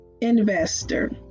investor